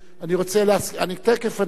תיכף, אני נותן לכם.